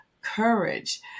courage